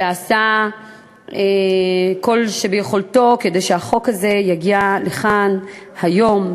שעשה את כל שביכולתו כדי שהחוק הזה יגיע לכאן היום,